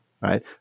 right